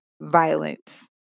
violence